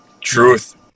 truth